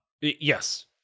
Yes